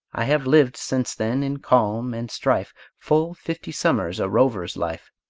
i have lived, since then, in calm and strife, full fifty summers a rover's life,